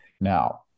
Now